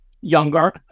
younger